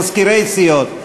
מזכירי סיעות,